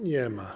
Nie ma.